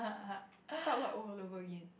start what all over again